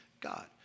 God